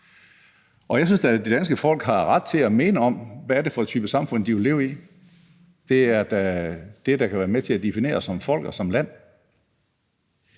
Jeg synes da, det danske folk har ret til at have en mening om, hvad det er for en type samfund, de vil leve i. Det er da det, der kan være med til at definere os som folk og som land.